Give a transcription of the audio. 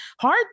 hard